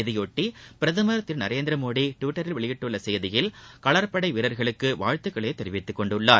இதைபொட்டி பிரதமர் திரு நரேந்திரமோடி டுவிட்டரில் வெளியிட்டுள்ள செய்தியில் காலாட்படை வீரர்களுக்கு வாழ்த்துக்களை தெரிவித்துக் கொண்டுள்ளார்